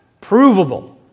Provable